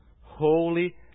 holy